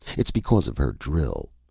it's because of her drill.